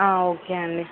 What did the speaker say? okay అండి